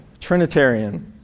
Trinitarian